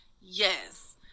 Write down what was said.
Yes